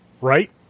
right